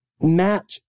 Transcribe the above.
Matt